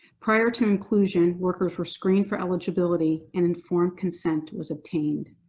prior to inclusion, workers were screened for eligibility and informed consent was obtained.